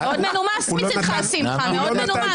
מאוד מנומס מצדך, שמחה, מאוד מנומס.